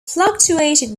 fluctuated